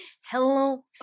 Hello